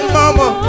mama